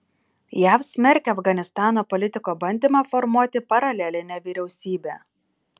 jav smerkia afganistano politiko bandymą formuoti paralelinę vyriausybę